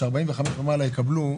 שבני 45 ומעלה יקבלו,